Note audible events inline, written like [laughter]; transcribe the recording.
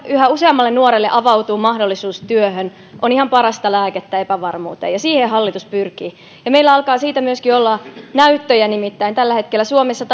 yhä useammalle nuorelle avautuu mahdollisuus työhön on ihan parasta lääkettä epävarmuuteen ja siihen hallitus pyrkii meillä alkaa siitä myöskin olla näyttöjä nimittäin tällä hetkellä suomessa [unintelligible]